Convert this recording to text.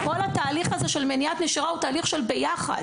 כל התהליך הזה של מניעת נשירה הוא תהליך של ביחד.